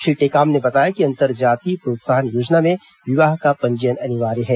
श्री टेकाम ने बताया कि अंतरजातीय प्रोत्साहन योजना में विवाह का पंजीयन अनिवार्य है